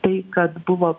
tai kad buvo